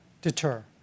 deter